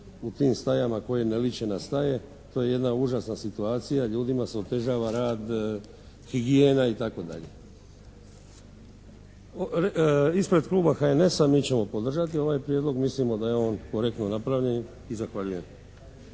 u tim stajama koje ne liče na staje to je jedna užasna situacija. Ljudima se otežava rad, higijena i tako dalje. Ispred Kluba HNS-a mi ćemo podržati ovaj prijedlog. Mislimo da je on korektno napravljen i zahvaljujem.